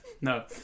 No